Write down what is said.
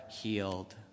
healed